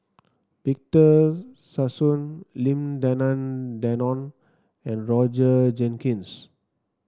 Victor Sassoon Lim Denan Denon and Roger Jenkins